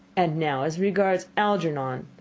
and now, as regards algernon.